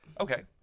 okay